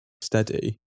steady